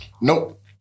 nope